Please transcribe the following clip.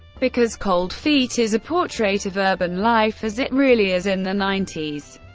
because cold feet is a portrait of urban life as it really is in the nineties.